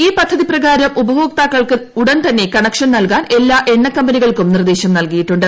ഈ പദ്ധതി പ്രകാരം ഉപഭോക്താക്കൾക്ക് ഉടൻതന്നെ കണക്ഷൻനൽകാൻ എല്ലാ എണ്ണകമ്പനികൾക്കും നിർദ്ദേശം നൽകിയിട്ടുണ്ട്